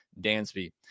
Dansby